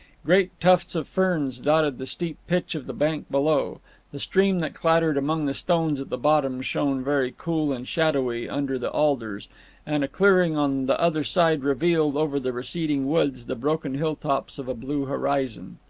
great tufts of ferns dotted the steep pitch of the bank below the stream that clattered among the stones at the bottom shone very cool and shadowy under the alders and a clearing on the other side revealed, over the receding woods, the broken hill-tops of a blue horizon.